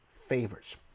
favors